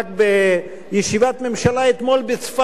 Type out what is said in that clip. רק בישיבת הממשלה אתמול בצפת.